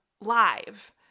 live